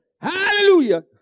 hallelujah